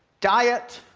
diet,